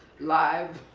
live,